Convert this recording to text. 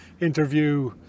interview